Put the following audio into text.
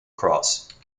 cross